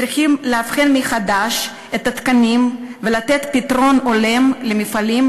צריכים לבחון מחדש את התקנים ולתת פתרון הולם למפעלים,